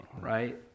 Right